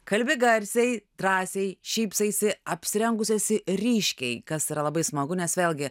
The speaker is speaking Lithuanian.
kalbi garsiai drąsiai šypsaisi apsirengus esi ryškiai kas yra labai smagu nes vėlgi